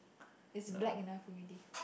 it's black enough already